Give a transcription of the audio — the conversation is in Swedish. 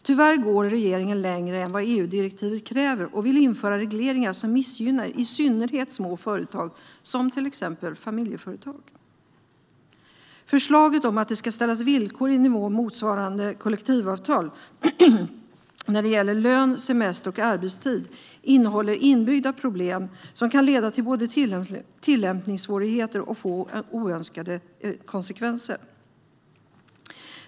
Tyvärr går regeringen längre än EU-direktivet kräver och vill införa regleringar som missgynnar i synnerhet små företag, till exempel familjeföretag. Förslaget om att det ska ställas villkor på en nivå motsvarande kollektivavtal när det gäller lön, semester och arbetstid innehåller inbyggda problem som kan leda till både tillämpningssvårigheter och oönskade konsekvenser.